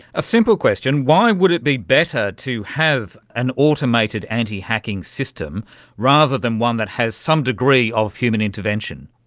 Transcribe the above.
a simple question why would it be better to have an automated anti-hacking system rather than one that has some degree of human intervention?